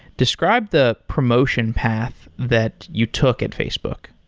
describe the promotion path that you took at facebook.